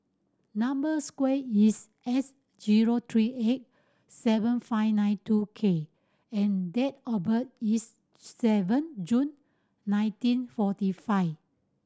number square is S zero three eight seven five nine two K and date of birth is seven June nineteen forty five